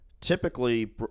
Typically